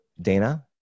Dana